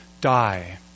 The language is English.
die